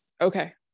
Okay